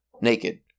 naked